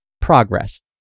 Progress